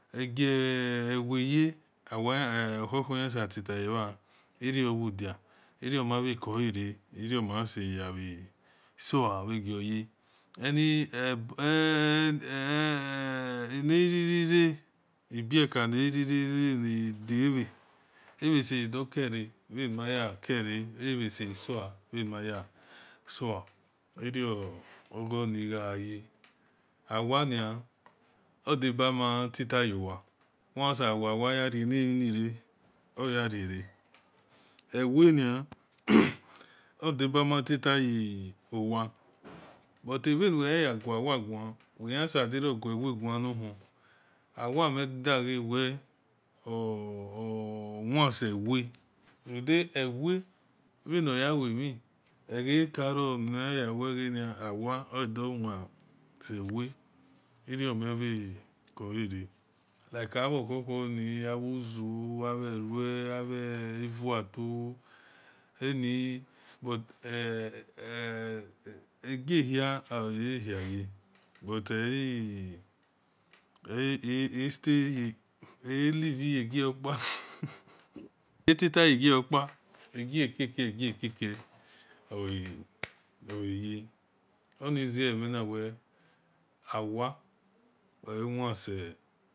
aewie ya awiie ohu-hu yasabitayara ero owodia ero-mavakuare ero-mahivaseyaoa vgoya en en anrereya vibaka nairereyauiri asaseya dukera vanimaya kira avaseya sea vanimayasea ero-oganiaya awiani odabama titauwa wavan siwawaya reniminire oyarere ewie ni obabamatitayowa buti anwehiyagi wiagani but vanuwehi yagu wie gu wiwga sabo guwie guni nahu awia media ga wie owiese wie udia ewie vanayawemi ogakao anyaweani awia odio wasewie iromerayacoar like avohu-huni au-zeo au-roe au-avato ani but age hi oahiya but eii but eii stay alive gagiokpa atita agiopa agiakake agiakake o oaya onze menawe awie oawise owie